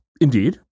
Indeed